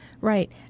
Right